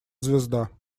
звезда